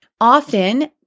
Often